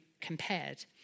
compared